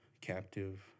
captive